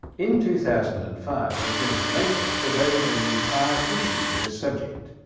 in two thousand and five the journal nature devoted an entire issue to this subject,